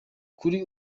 kuri